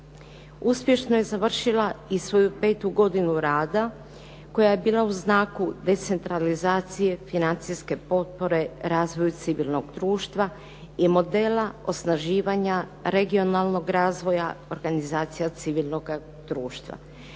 Uspješno je završila i svoju 5. godinu rada koja je bila u znaku decentralizacije financijske potpore, razvoju civilnog društva i modela osnaživanja regionalnog razvoja, organizacija civilnoga društva.